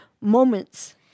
moments